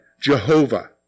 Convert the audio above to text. Jehovah